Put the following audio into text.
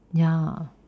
ya